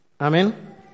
Amen